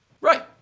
Right